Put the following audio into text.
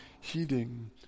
heeding